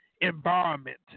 environment